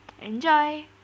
Enjoy